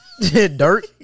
dirt